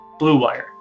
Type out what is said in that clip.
BlueWire